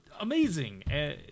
amazing